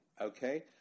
okay